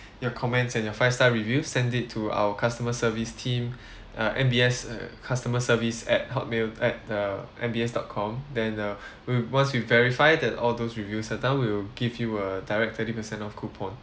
your comments and your five star reviews send it to our customer service team uh M_B_S uh customer service at hotmail at the M_B_S dot com then uh we once we verify that all those reviews are done we'll give you a direct thirty percent off coupon